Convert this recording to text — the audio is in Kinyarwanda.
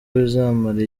bizamara